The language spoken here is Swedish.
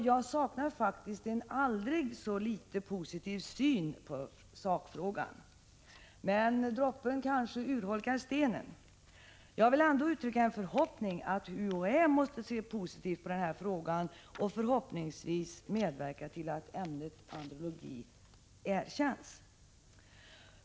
Jag saknar faktiskt en aldrig så litet positiv syn på sakfrågan, men kanske droppen urholkar stenen. Jag vill ändå uttrycka en förhoppning att UHÄ måtte se positivt på denna fråga och medverka till att ämnesområdet andrologi erkänns.